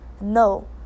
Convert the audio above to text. No